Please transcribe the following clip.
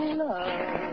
love